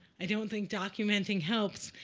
i don't think documenting helps.